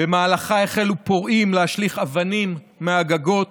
ובמהלכו החלו פורעים להשליך אבנים מהגגות.